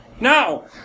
Now